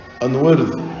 unworthy